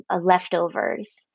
leftovers